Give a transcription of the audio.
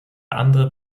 andere